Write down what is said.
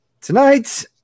Tonight